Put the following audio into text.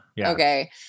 Okay